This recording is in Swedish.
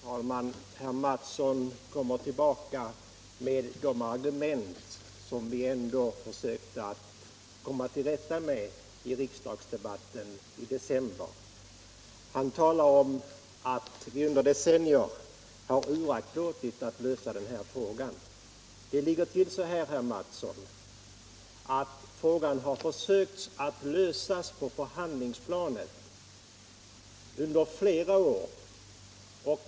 Herr talman! Herr Mattsson kommer tillbaka med de argument som vi ändå försökte komma till rätta med i riksdagsdebatten i december. Han talar om att vi under decennier har uraktlåtit att lösa den här frågan. Det ligger till så, herr Mattsson, att man har försökt lösa frågan på förhandlingsplanet under flera år.